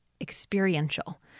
experiential